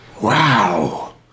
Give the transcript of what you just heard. Wow